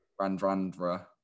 Randrandra